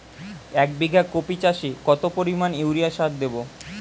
এক বিঘা কপি চাষে কত পরিমাণ ইউরিয়া সার দেবো?